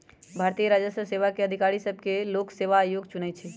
भारतीय राजस्व सेवा के अधिकारि सभके लोक सेवा आयोग चुनइ छइ